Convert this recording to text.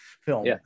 film